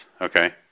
okay